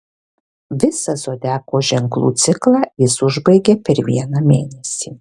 visą zodiako ženklų ciklą jis užbaigia per vieną mėnesį